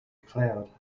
cloud